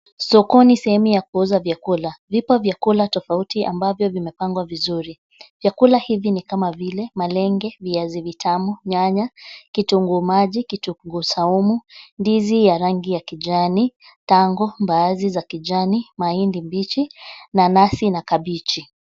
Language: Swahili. Sokoni sehemu ya kuuza vyakula, vipo vyakula tofauti ambavyo vimepangwa vizuri. Vyakula hivi ni kama vile malenge, viazi vitamu, nyanya, kitunguu maji, kitunguu saumu, ndizi ya rangi ya kijani, tango, mbaazi za kijani, mahindi mbichi, nanasi na kabichi